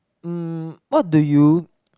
um what do you